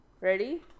Ready